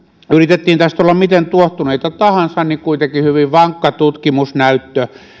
yritettiin tästä olla miten tuohtuneita tahansa kuitenkin hyvin vankka tutkimusnäyttö